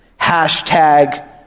hashtag